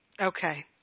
Okay